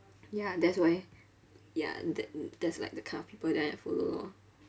ya that's why ya that that's like the kind of people that I follow lor